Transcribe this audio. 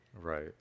Right